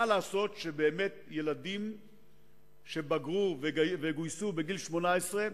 מה לעשות שבאמת ילדים שבגרו וגויסו בגיל 18,